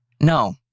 No